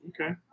okay